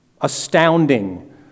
astounding